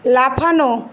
লাফানো